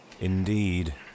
Indeed